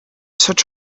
such